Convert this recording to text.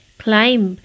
climb